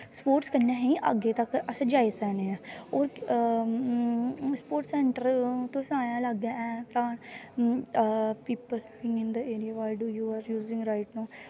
sports कन्नै गै अस अग्गें तक जाई सकने आं ओह् स्पोर्टस सैंटर लाग्गै है people area by do you right now